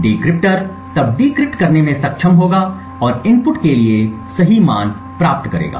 decrypter तब decrypt करने में सक्षम होगा और इनपुट के लिए सही मान प्राप्त करेगा